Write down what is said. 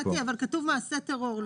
כתוב מעשה טרור.